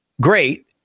Great